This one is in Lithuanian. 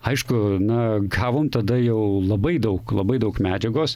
aišku na gavom tada jau labai daug labai daug medžiagos